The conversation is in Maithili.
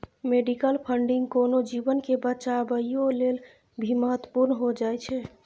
मेडिकल फंडिंग कोनो जीवन के बचाबइयो लेल भी महत्वपूर्ण हो जाइ छइ